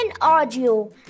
audio